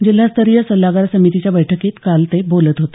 जिल्हास्तरीय सल्लागार समितीच्या बैठकीत काल ते बोलत होते